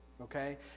okay